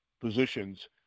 positions